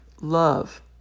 Love